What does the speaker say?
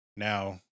Now